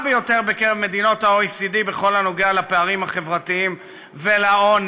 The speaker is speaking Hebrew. ביותר בקרב מדינות ה-OECD בכל הנוגע לפערים החברתיים ולעוני.